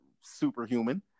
superhuman